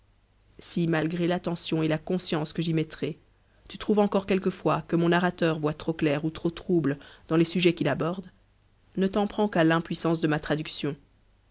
si malgré l'attention et la conscience que j'y mettrai tu trouves encore quelquefois que mon narrateur voit trop clair ou trop trouble dans les sujets qu'il aborde ne t'en prends qu'à l'impuissance de ma traduction